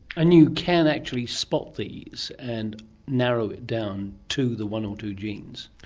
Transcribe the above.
and you can actually spot these and narrow it down to the one or two genes.